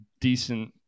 decent